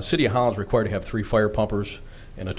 city hall is required to have three fire pumpers in a